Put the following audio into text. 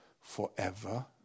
forever